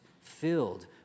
filled